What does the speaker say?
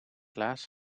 klaas